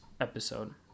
episode